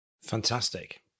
Fantastic